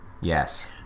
Yes